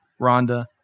Rhonda